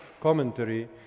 commentary